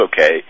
okay